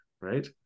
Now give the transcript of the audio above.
Right